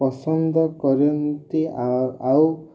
ପସନ୍ଦ କରନ୍ତି ଆ ଆଉ